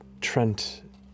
Trent